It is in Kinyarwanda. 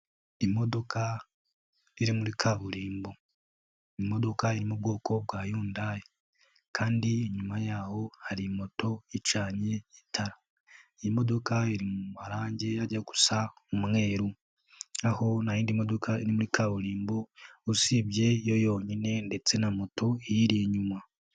Imodoka iri muri kaburimbo ni imodoka yo mu bwoko bwa Yhundai kandi inyuma yaho hari moto ya icanye itara, iyi modoka iri mu marangi ajya gusa umweru, aho nta yindi modoka iri muri kaburimbo usibye yo yonyine ndetse na moto iyiri inyuma.